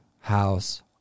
house